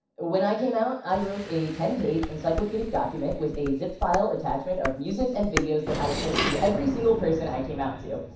when i came out, i wrote at ten page encyclopedic document with a zip-file attachment of music and videos that i sent to every single person i came out to.